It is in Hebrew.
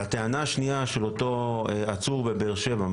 לטענה שהושמעה לגבי אותו עצור בבאר שבע.